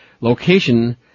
Location